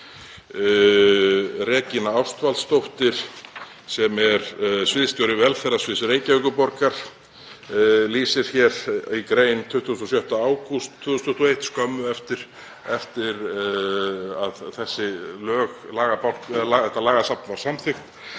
Regína Ásvaldsdóttir, sem er sviðsstjóri velferðarsviðs Reykjavíkurborgar, lýsir því í grein 26. ágúst 2021, skömmu eftir að þetta lagasafn var samþykkt,